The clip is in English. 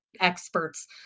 experts